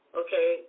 okay